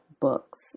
books